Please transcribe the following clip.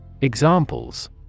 Examples